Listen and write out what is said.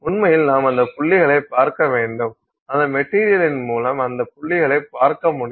உண்மையில் நாம் அந்த புள்ளிகளைப் பார்க்க வேண்டும் அந்த மெட்டீரியலின் மூலம் அந்த புள்ளிகளைப் பார்க்க முடியும்